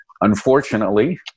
Unfortunately